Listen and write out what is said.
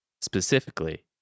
Specifically